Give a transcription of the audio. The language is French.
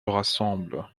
rassemble